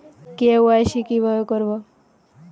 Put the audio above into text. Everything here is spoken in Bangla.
কে.ওয়াই.সি কিভাবে করব?